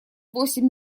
восемь